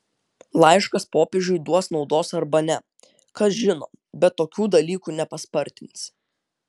laiškas popiežiui duos naudos arba ne kas žino bet tokių dalykų nepaspartinsi